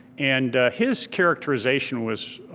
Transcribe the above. and his characterization was